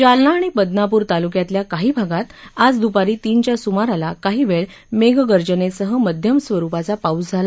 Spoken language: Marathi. जालना आणि बदनापूर तालुक्यातल्या काही भागात आज द्पारी तीनच्या सुमाराला काही वेळ मेघगर्जनेसह मध्यम स्वरुपाचा पाऊस झाला